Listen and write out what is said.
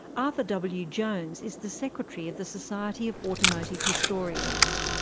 arthur w. jones is the secretary of the society of automotive historians.